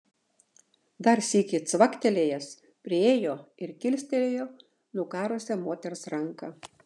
dar sykį cvaktelėjęs priėjo ir kilstelėjo nukarusią moters ranką